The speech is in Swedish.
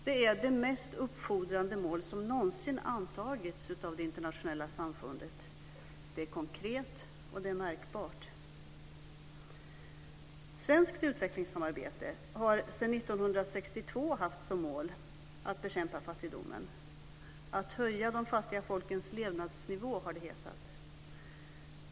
Det är det mest uppfordrande mål som någonsin antagits av det internationella samfundet. Det är konkret och det är mätbart. Svenskt utvecklingssamarbete har sedan 1962 haft som mål att bekämpa fattigdomen - "att höja de fattiga folkens levnadsnivå", har det hetat.